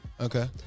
okay